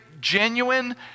genuine